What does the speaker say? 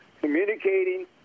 communicating